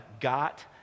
got